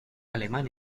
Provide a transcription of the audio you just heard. alemán